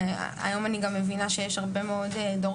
היום אני גם מבינה שיש הרבה מאוד דור